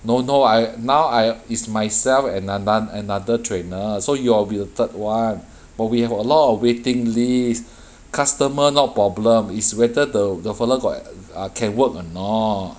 no no I now I is myself and ano~ another trainer so you will be the third [one] but we have a lot of waiting list customer not problem is whether the the fellow got e~ uh can work or not